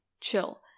chill